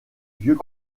vieux